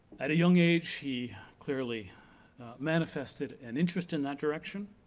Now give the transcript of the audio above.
at a young age he clearly manifested an interest in that direction